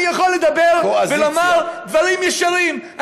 אני יכול לדבר ולומר דברים ישרים.